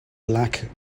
black